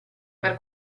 per